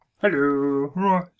Hello